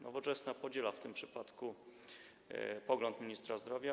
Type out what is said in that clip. Nowoczesna podziela w tym przypadku pogląd ministra zdrowia.